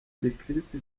gikirisitu